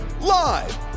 Live